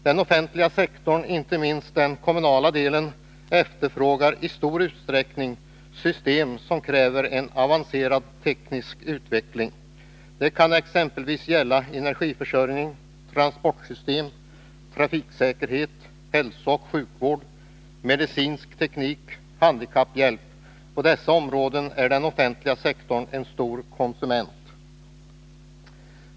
Den offentliga sektorn, inte minst den kommunala delen, efterfrågar i stor utsträckning system som kräver en avancerad teknisk utveckling. Det kan exempelvis gälla energiförsörjning, transportsystem, trafiksäkerhet, hälsooch sjukvård, medicinsk teknik och handikapphjälpmedel. På dessa områden är den offentliga sektorn en stor konsument.